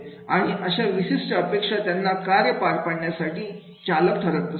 आणि अशा विशिष्ट अपेक्षा त्यांना कार्य पार पाडण्यासाठी चालक ठरत असतात